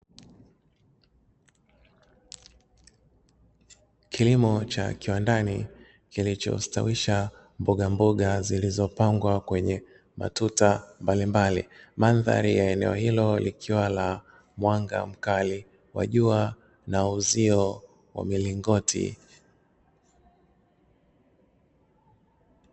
Kilimo cha kiwandani kilichostawisha mbogamboga zilizopangwa kwenye matuta mbalimbali, madhari ya eneo hilo likiwa la mwanga mkali wa jua na uzio wamilingoti.